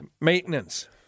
Maintenance